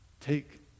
take